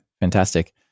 fantastic